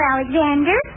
Alexander